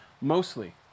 mostly